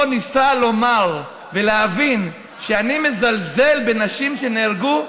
ניסה לומר ולהבין שאני מזלזל בנשים שנהרגו?